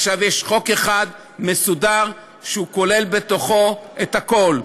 עכשיו יש חוק אחד מסודר שכולל בתוכו את הכול.